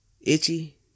itchy